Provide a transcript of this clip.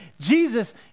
Jesus